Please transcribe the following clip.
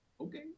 okay